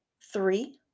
three